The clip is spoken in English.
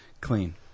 clean